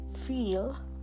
feel